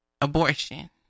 abortion